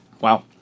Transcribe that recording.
Wow